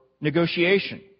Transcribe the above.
negotiation